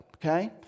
Okay